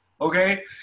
okay